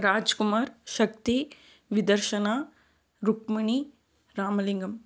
Rajkumar Shakti Vidarshana Rukmani Ramalingam